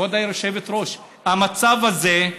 כבוד היושבת-ראש, המצב הזה,